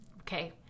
okay